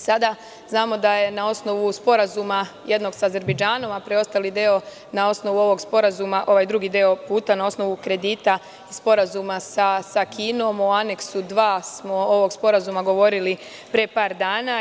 Sada znamo da je na osnovu Sporazuma jednog sa Azerbejdžanom, a preostali deo na osnovu ovog sporazuma, ovaj drugi deo puta na osnovu kredita i Sporazuma sa Kinom u aneksu 2. ovog sporazuma smo govorili pre par dana.